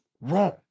wrong